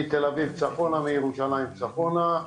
מתל אביב צפונה, מירושלים צפונה.